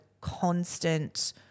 constant